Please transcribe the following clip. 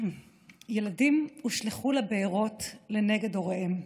ילדים הושלכו לבארות לנגד עיני הוריהם.